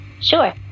Sure